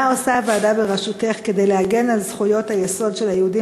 2. מה עושה הוועדה בראשותך כדי להגן על זכויות היסוד של היהודים